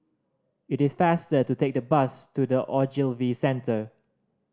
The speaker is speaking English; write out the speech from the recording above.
it is faster to take the bus to The Ogilvy Centre